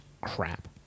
crap